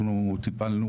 אנחנו טיפלנו,